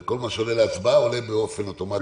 כל מה שעולה להצבעה, עולה באופן אוטומטי למליאה.